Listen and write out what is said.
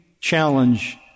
challenge